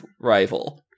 rival